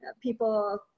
people